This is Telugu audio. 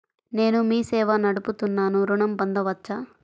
నేను మీ సేవా నడుపుతున్నాను ఋణం పొందవచ్చా?